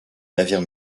navire